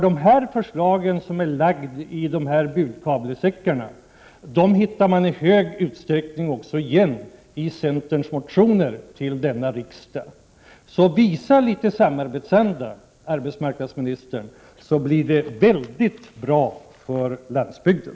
De förslag som är lagda i budkavlesäckarna hittar man i stor utsträckning igen också i centerns motioner till denna riksdag. Visa litet samarbetsanda, arbetsmarknadsministern, så blir det väldigt bra för landsbygden!